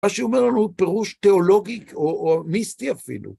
מה שאומר לנו הוא פירוש תיאולוגי או מיסטי אפילו.